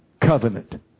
covenant